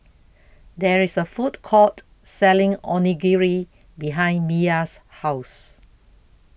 There IS A Food Court Selling Onigiri behind Miya's House